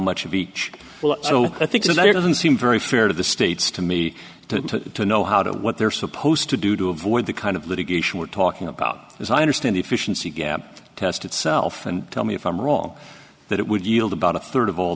much of each so i think there doesn't seem very fair to the states to me to know how to what they're supposed to do to avoid the kind of litigation we're talking about as i understand efficiency gap test itself and tell me if i'm wrong that it would yield about a third of all